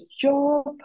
job